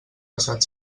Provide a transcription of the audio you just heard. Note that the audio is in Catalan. passat